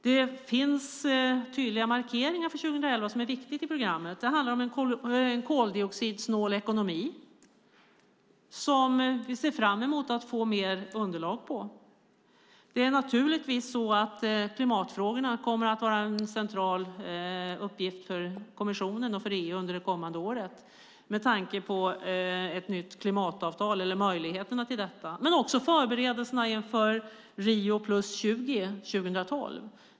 Det finns tydliga och viktiga markeringar för programmet för 2011. Det handlar om en koldioxidsnål ekonomi. Vi ser fram emot att få fler underlag. Klimatfrågorna kommer att vara en central uppgift för kommissionen och EU under det kommande året, med tanke på möjligheten till ett nytt klimatavtal. Det är också fråga om förberedelserna inför Rio + 20 år 2012.